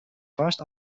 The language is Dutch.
vast